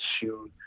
shoot